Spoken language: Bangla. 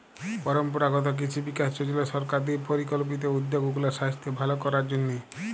পরম্পরাগত কিসি বিকাস যজলা সরকার দিঁয়ে পরিকল্পিত উদ্যগ উগলার সাইস্থ্য ভাল করার জ্যনহে